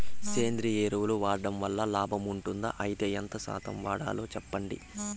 సేంద్రియ ఎరువులు వాడడం వల్ల లాభం ఉంటుందా? అయితే ఎంత శాతం వాడాలో చెప్పండి?